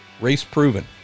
race-proven